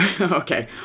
okay